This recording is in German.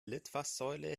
litfaßsäule